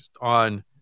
on